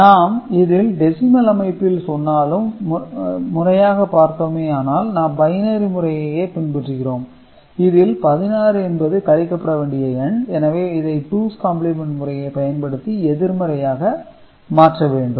நாம் இதில் டெசிமல் அமைப்பில் சொன்னாலும் முறையாக பார்த்தோமானால் நாம் பைனரி முறையையே பின்பற்றுகிறோம் இதில் 16 என்பது கழிக்கப்பட வேண்டிய எண் எனவே இதை டூஸ் காம்ப்ளிமென்ட் முறையை பயன்படுத்தி எதிர்மறையாக மாற்ற வேண்டும்